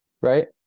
Right